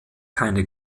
keine